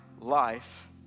life